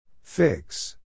Fix